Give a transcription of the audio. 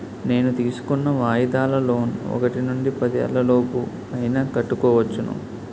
నేను తీసుకున్న వాయిదాల లోన్ ఒకటి నుండి పదేళ్ళ లోపు ఎలా అయినా కట్టుకోవచ్చును